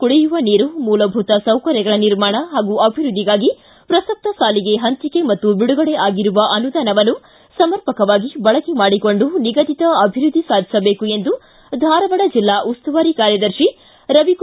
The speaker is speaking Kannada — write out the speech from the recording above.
ಕುಡಿಯುವ ನೀರು ಮೂಲಭೂತ ಸೌಕರ್ಯಗಳ ನಿಮಾರ್ಣ ಹಾಗೂ ಅಭಿವ್ಯದ್ದಿಗಾಗಿ ಪ್ರಸಕ್ತ ಸಾಲಿಗೆ ಪಂಚಿಕೆ ಮತ್ತು ಬಿಡುಗಡೆ ಆಗಿರುವ ಅನುದಾನವನ್ನು ಸಮರ್ಪಕವಾಗಿ ಬಳಕೆ ಮಾಡಿಕೊಂಡು ನಿಗದಿತ ಅಭಿವ್ಯದ್ದಿ ಸಾಧಿಸಬೇಕು ಎಂದು ಧಾರವಾಡ ಜಿಲ್ಲಾ ಉಸ್ತುವಾರಿ ಕಾರ್ಯದರ್ಶಿ ರವಿ ಕುಮಾರ ಸುರಪುರ ಹೇಳಿದ್ದಾರೆ